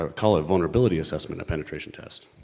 ah call a vulnerability assessment a penetration test.